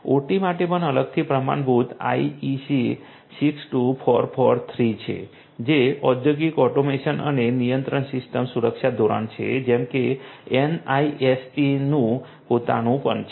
OT માટે પણ અલગથી પ્રમાણભૂત આઇઇસી 62443 છે જે ઔદ્યોગિક ઑટોમેશન અને નિયંત્રણ સિસ્ટમ સુરક્ષા ધોરણ છે જેમ કે એનઆઈએસટીનું પોતાનું પણ છે